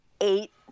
eight